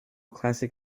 classic